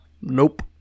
Nope